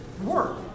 work